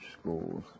schools